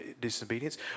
disobedience